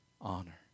honor